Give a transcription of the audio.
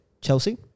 Chelsea